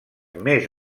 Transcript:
més